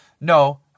no